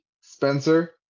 Spencer